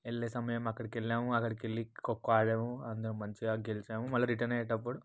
వెళ్ళే సమయం అక్కడికెళ్ళాము అక్కడికెళ్ళి కొకో ఆడాము అందరం మంచిగా గెలిచాము మళ్ళీ రిటర్నయ్యేటప్పుడు